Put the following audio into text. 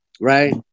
right